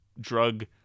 drug